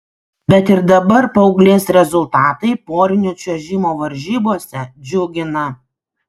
bet ir dabar paauglės rezultatai porinio čiuožimo varžybose džiugina